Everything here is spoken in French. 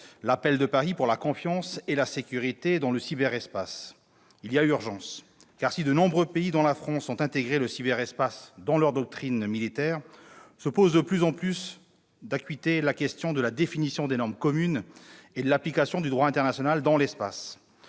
Appel de Paris pour la confiance et la sécurité dans le cyberespace ». Il y a urgence, car si de nombreux pays, dont la France, ont intégré le cyberespace dans leur doctrine militaire, se pose avec de plus en plus d'acuité la question de la définition de normes communes et de l'application du droit international dans l'espace.